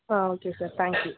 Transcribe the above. ah okay sir thank you